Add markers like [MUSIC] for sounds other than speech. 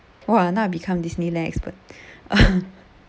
!wah! now I become disneyland expert [LAUGHS]